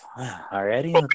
already